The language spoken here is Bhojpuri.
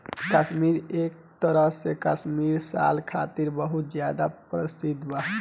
काश्मीर एक तरह से काश्मीरी साल खातिर बहुत ज्यादा प्रसिद्ध बा